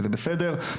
וזה בסדר,